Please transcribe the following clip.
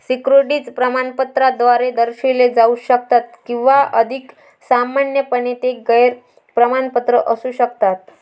securities प्रमाणपत्राद्वारे दर्शविले जाऊ शकतात किंवा अधिक सामान्यपणे, ते गैर प्रमाणपत्र असू शकतात